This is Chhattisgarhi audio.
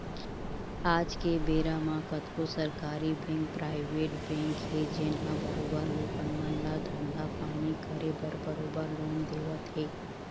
आज के बेरा म कतको सरकारी बेंक, पराइवेट बेंक हे जेनहा बरोबर लोगन मन ल धंधा पानी करे बर बरोबर लोन देवत हे